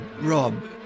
Rob